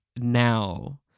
now